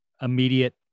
immediate